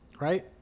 right